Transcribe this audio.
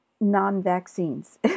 non-vaccines